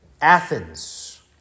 Athens